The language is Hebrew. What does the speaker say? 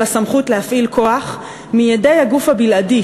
של הסמכות להפעיל כוח מידי הגוף הבלעדי,